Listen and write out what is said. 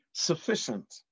Sufficient